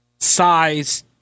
size